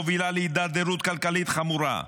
מובילה להידרדרות כלכלית חמורה.